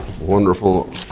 wonderful